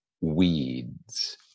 weeds